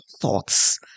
thoughts